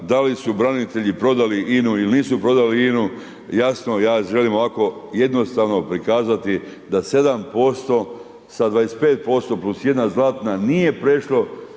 da li su branitelji prodali INA-u ili nisu prodali INA-u, jasno ja želim ovako jednostavno prikazati da 7% sa 25% plus jedna zlatna nije prešlo